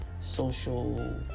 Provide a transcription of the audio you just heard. social